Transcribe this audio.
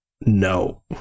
No